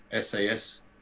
SAS